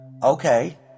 Okay